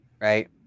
right